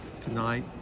tonight